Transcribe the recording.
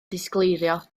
disgleirio